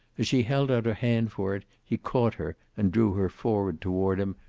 as she held out her hand for it he caught her and drew her forward toward him,